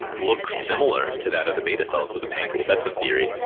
looks similar to that of the beta cells of the pancreas. that's the theory.